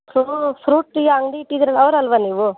ಹ್ಞೂ ಫ್ರೂಟಿ ಅಂಗಡಿ ಇಟ್ಟಿದ್ದೀರಲ್ಲ ಅವ್ರು ಅಲ್ಲವಾ ನೀವು